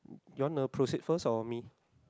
you want to proceed first or me